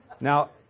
Now